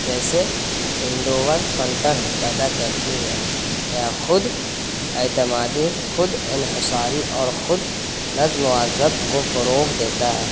جیسے انڈورفنٹر پیدا کرتی ہے یا خود اعتمادی خود انحصاری اور خود نظم وضبط کو فروغ دیتا ہے